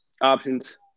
options